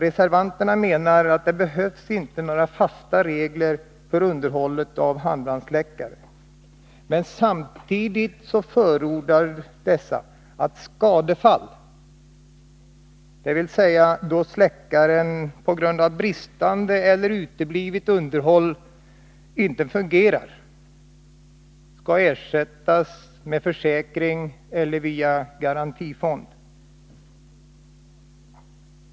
Reservanterna menar att det inte behövs några fasta regler för underhållet av handbrandsläckare, men samtidigt förordar de att ”skadefall” — dvs. sådana fall då släckaren på grund av bristande eller uteblivet underhåll inte fungerar — skall ersättas via försäkring eller garantifond.